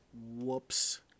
Whoops